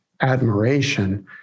admiration